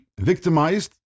victimized